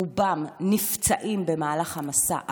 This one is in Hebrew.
רובם נפצעים במהלך המסע,